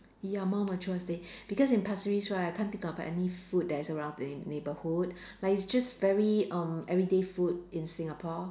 ya more mature estate because in Pasir-Ris right I can't think of any food that is around the neighbour~ neighbourhood like it's just very um everyday food in Singapore